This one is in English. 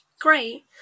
great